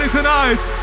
tonight